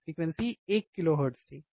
frequency एक kilohertz थी सही है